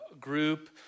group